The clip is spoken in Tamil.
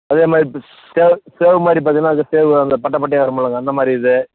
அதே மாதிரி சேவு சேவு மாதிரி பார்த்திங்கன்னா அது சேவு அந்த பட்டை பட்டையா வருமில்லங்க அந்த மாதிரி இது